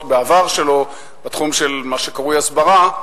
שלו בעבר בתחום של מה שקרוי הסברה,